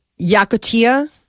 Yakutia